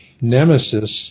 Nemesis